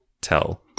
tell